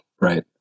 right